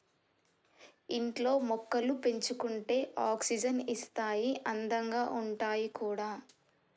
ఇంట్లో మొక్కలు పెంచుకుంటే ఆక్సిజన్ ఇస్తాయి అందంగా ఉంటాయి కూడా